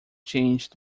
changed